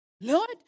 Lord